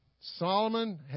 Solomon